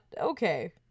okay